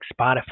Spotify